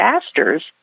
disasters